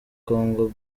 congo